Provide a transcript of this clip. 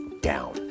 down